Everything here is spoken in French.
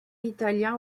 italien